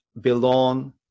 belong